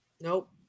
nope